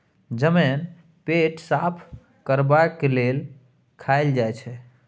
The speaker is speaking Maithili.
जमैन पेट साफ करबाक लेल खाएल जाई छै